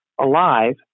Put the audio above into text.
alive